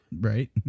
right